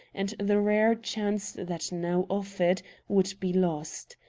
and the rare chance that now offered would be lost.